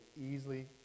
easily